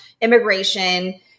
immigration